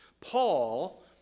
Paul